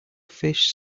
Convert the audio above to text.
fish